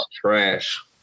trash